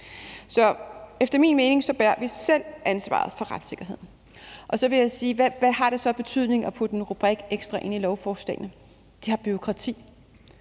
Så efter min mening bærer vi selv ansvaret for retssikkerheden. Jeg vil også sige, at hvad har det så af betydning og putte en ekstra rubrik ind i lovforslagene? Det giver bureaukrati.